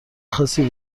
خاصی